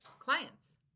clients